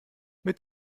mit